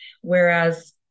whereas